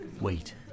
Wait